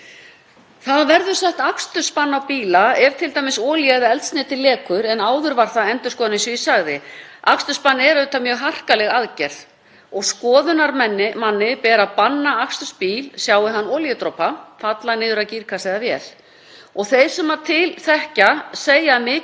Skoðunarmanni ber að banna akstur bíls, sjái hann olíudropa falla niður af gírkassa eða vél. Þeir sem til þekkja segja að mikið sé til af gömlum bílum þar sem ekki sé auðvelt að stöðva slíkan leka og það er líka af þeirra hálfu talað um að olíuleki hafi ekki tiltakanlega mikil áhrif á umferðaröryggi.